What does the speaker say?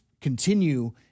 continue